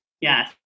yes